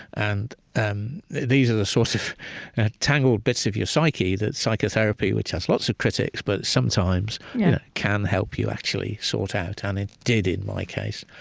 and um these are the sorts of tangled bits of your psyche that psychotherapy which has lots of critics, but sometimes can help you actually sort out, and it did in my case.